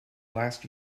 last